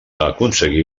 aconseguir